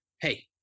hey